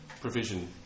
provision